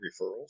referrals